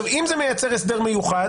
אם זה מייצר הסדר מיוחד,